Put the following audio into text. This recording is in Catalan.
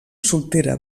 soltera